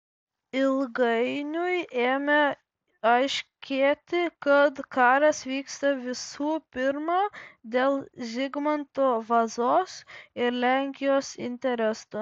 ilgainiui ėmė aiškėti kad karas vyksta visų pirma dėl zigmanto vazos ir lenkijos interesų